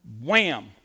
wham